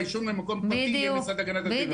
והעישון במקום פרטי במשרד להגנת הסביבה.